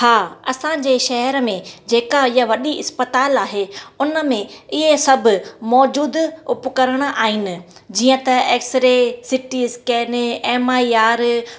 हा असां जे शहर में जेका इहा वॾी अस्पताल आहे उन में इहे सभु मौजूदु उपकरण आहिनि जीअं त X ray CT scan M I R